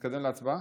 נתקדם להצבעה?